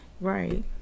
Right